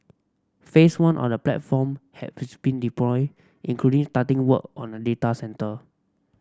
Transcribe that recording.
phase one of the platform had been deployed including starting work on a data centre